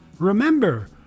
Remember